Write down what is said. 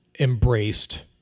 embraced